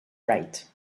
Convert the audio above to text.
right